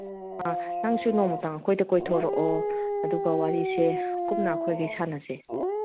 ꯑ ꯅꯪꯁꯨ ꯅꯣꯡꯃꯇꯪ ꯑꯩꯈꯣꯏꯗ ꯀꯣꯏꯊꯣꯔꯛꯑꯣ ꯑꯗꯨꯒ ꯋꯥꯔꯤꯁꯦ ꯀꯨꯞꯅ ꯑꯩꯈꯣꯏ ꯃꯈꯩ ꯁꯥꯟꯅꯁꯦ